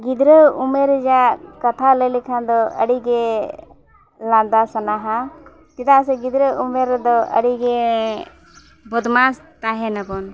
ᱜᱤᱫᱽᱨᱟᱹ ᱩᱢᱮᱨ ᱨᱮᱭᱟᱜ ᱠᱟᱛᱷᱟ ᱞᱟᱹᱭ ᱞᱮᱠᱷᱟᱱ ᱫᱚ ᱟᱹᱰᱤᱜᱮ ᱞᱟᱸᱫᱟ ᱥᱟᱱᱟᱣᱟ ᱪᱮᱫᱟᱜ ᱥᱮ ᱜᱤᱫᱽᱨᱟᱹ ᱩᱢᱮᱨ ᱨᱮᱫᱚ ᱟᱹᱰᱤᱜᱮ ᱵᱚᱫᱢᱟᱥ ᱛᱟᱦᱮᱱᱟᱵᱚᱱ